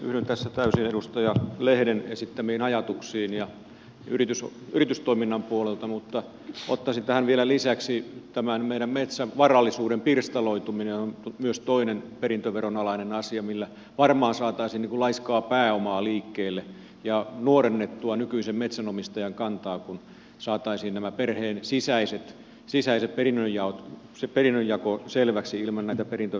yhdyn tässä täysin edustaja lehden esittämiin ajatuksiin yritystoiminnan puolelta mutta ottaisin tähän vielä lisäksi tämän että meidän metsävarallisuuden pirstaloituminen on myös toinen perintöveron alainen asia millä varmaan saataisiin laiskaa pääomaa liikkeelle ja nuorennettua nykyistä metsänomistajakantaa kun saataisiin tämä perheen sisäinen perinnönjako selväksi ilman näitä perintöverorasitteita